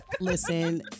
Listen